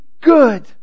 good